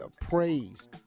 praised